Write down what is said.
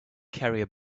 carrier